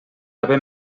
haver